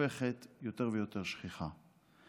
שהופכת יותר ויותר שכיחה.